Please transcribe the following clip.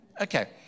Okay